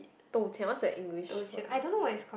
Dou-Qian what's the English word ah